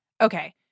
Okay